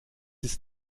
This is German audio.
ist